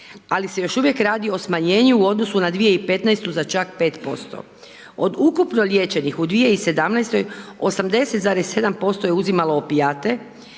ali se još uvijek radi o smanjenju u odnosu na 2015. za čak 5%. Od ukupno liječenih u 2017. 80,7% je uzimalo opijate,